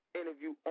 interview